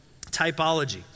typology